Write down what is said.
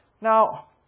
Now